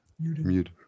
Mute